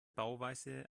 bauweise